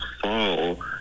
Fall